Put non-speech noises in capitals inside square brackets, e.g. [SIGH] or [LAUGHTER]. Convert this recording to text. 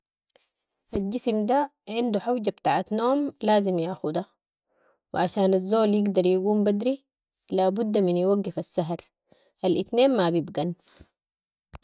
الجسم ده، عندو حوجة بتاعة نوم لازم ياخدها و عشان الزول يقدر يقوم بدري، لابد من يوقف السهر، الاتنين ما بيبقن. [NOISE]